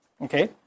okay